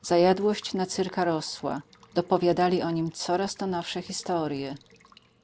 zajadłość na cyrka rosła dopowiadali o nim coraz to nowsze historye